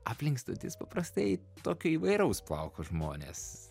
aplink stotis paprastai tokio įvairaus plauko žmonės